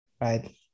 right